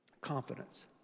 Confidence